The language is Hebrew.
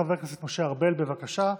חבר הכנסת משה ארבל, בבקשה.